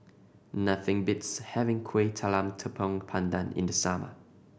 nothing beats having Kueh Talam Tepong Pandan in the summer